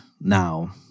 now